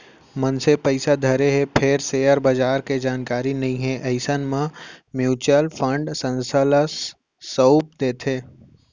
मनसे पइसा धरे हे फेर सेयर बजार के जानकारी नइ हे अइसन म म्युचुअल फंड संस्था ल सउप देथे